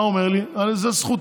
אני אמרתי שלא?